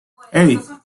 hey